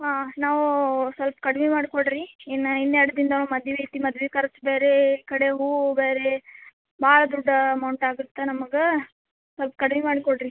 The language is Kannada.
ಹಾಂ ನಾವು ಸ್ವಲ್ಪ ಕಡ್ಮೆ ಮಾಡಿಕೊಡ್ರಿ ಇನ್ನು ಇನ್ನೆರಡು ದಿನದ್ ಒಳ್ಗೆ ಮದ್ವೆ ಐತಿ ಮದ್ವೆ ಖರ್ಚು ಬೇರೆ ಈ ಕಡೆ ಹೂವು ಬೇರೆ ಭಾಳ ದೊಡ್ಡ ಅಮೌಂಟ್ ಆಗತ್ತೆ ನಮ್ಗೆ ಸ್ವಲ್ಪ ಕಡಿಮೆ ಮಾಡಿಕೊಡ್ರಿ